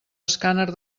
escàner